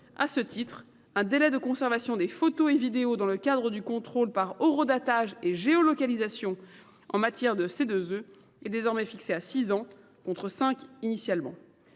À cet égard, le délai de conservation des photos et des vidéos dans le cadre du contrôle par horodatage et géolocalisation en matière de C2E est désormais fixé à six ans, contre cinq ans initialement.